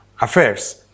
affairs